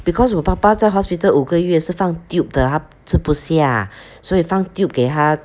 because 我爸爸在 hospital 五个月是放 tube 的他吃不下所以放 tube 给他